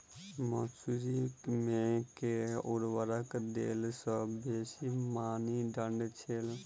मसूरी मे केँ उर्वरक देला सऽ बेसी मॉनी दइ छै?